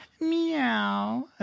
Meow